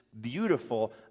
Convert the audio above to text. beautiful